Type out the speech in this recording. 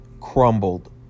crumbled